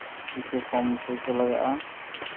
ᱠᱤᱪᱷᱩ ᱠᱚᱢ ᱯᱩᱭᱥᱟᱹ ᱞᱟᱜᱟᱜᱼᱟ